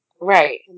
right